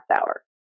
hour